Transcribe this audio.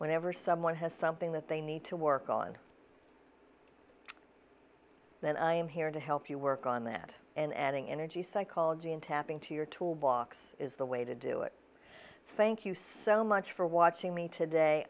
whenever someone has something that they need to work on then i am here to help you work on that and adding energy psychology and tapping to your toolbox is the way to do it thank you so much for watching me today